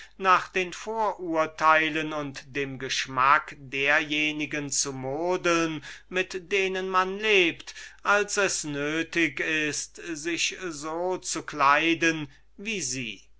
nach den vorurteilen und dem geschmack derjenigen zu modeln mit denen man lebt als es nötig ist sich so zu kleiden wie sie